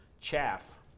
chaff